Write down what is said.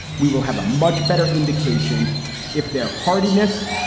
we will have a much better indication if their heartiness.